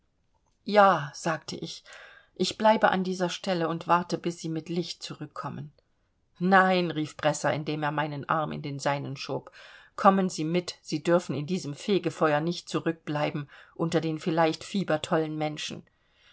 ja sagte ich ich bleibe an dieser stelle und warte bis sie mit licht zurückkommen nein rief bresser indem er meinen arm in den seinen schob kommen sie mit sie dürfen in diesem fegefeuer nicht zurückbleiben unter den vielleicht fiebertollen menschen